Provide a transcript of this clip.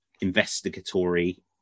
investigatory